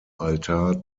altar